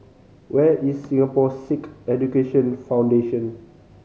where is Singapore Sikh Education Foundation